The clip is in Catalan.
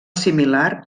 similar